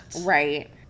right